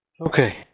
Okay